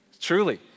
Truly